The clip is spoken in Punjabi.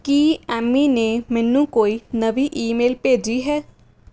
ਕੀ ਐਮੀ ਨੇ ਮੈਨੂੰ ਕੋਈ ਨਵੀਂ ਈਮੇਲ ਭੇਜੀ ਹੈ